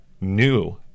new